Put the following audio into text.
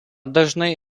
dažnai